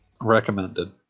Recommended